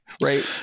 Right